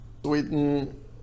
Sweden